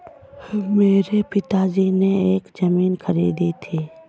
मेरे पिताजी ने एक जमीन खरीदी थी